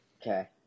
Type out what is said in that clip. Okay